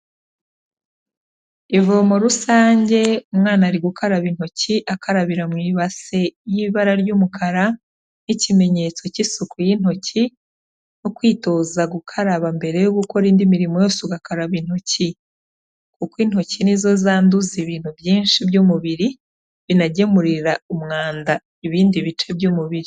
Ivomo rusange, umwana ari gukaraba intoki, akarabira mu ibase y'ibara ry'umukara, nk'ikimenyetso cy'isuku y'intoki, nko kwitoza gukaraba mbere yo gukora indi mirimo yose ugakaraba intoki. Kuko intoki ni zo zanduza ibintu byinshi by'umubiri, binagemurira umwanda ibindi bice by'umubiri.